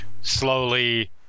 slowly